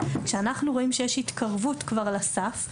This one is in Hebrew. כשאנחנו רואים שיש התקרבות לסף,